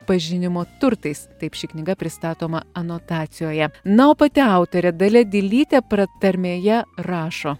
pažinimo turtais taip ši knyga pristatoma anotacijoje na o pati autorė dalia dilytė pratarmėje rašo